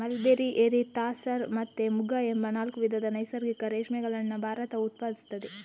mulberry, eri, tasar ಮತ್ತೆ ಮುಗ ಎಂಬ ನಾಲ್ಕು ವಿಧದ ನೈಸರ್ಗಿಕ ರೇಷ್ಮೆಗಳನ್ನ ಭಾರತವು ಉತ್ಪಾದಿಸ್ತದೆ